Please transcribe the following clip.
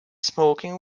smoking